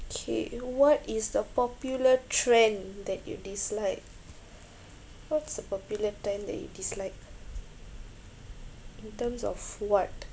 kay what is the popular trend that you dislike what's the popular trend that you dislike in terms of what